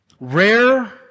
rare